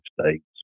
states